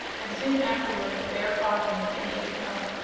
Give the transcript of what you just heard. and soon afterward a bear caught him and ate him up.